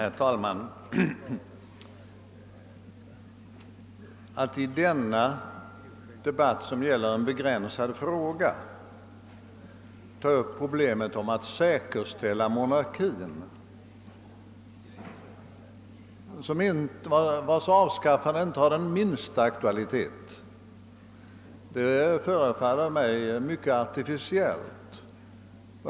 Herr talman! Att i denna debatt, som gäller en begränsad fråga, ta upp problemet om att säkerställa monarkin vars avskaffande inte har den minsta aktualitet förefaller mig artificiellt.